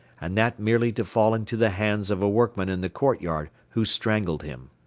and that merely to fall into the hands of a workman in the courtyard who strangled him.